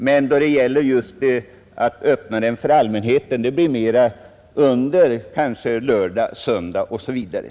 Allmänheten skulle i första hand använda dem under sin fritid lördagar och söndagar.